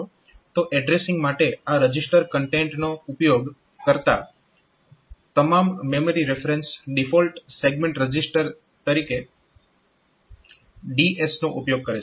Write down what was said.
તો એડ્રેસીંગ માટે આ રજીસ્ટર કન્ટેન્ટનો ઉપયોગ કરતા તમામ memory reference default segment register તરીકે DS નો ઉપયોગ કરે છે